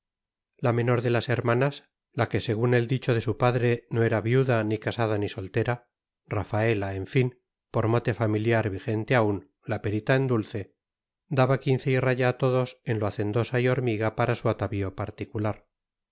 la menor de las hermanas la que según el dicho de su padre no era viuda ni casada ni soltera rafaela en fin por mote familiar vigente aún la perita en dulce daba quince y raya a todos en lo hacendosa y hormiga para su atavío particular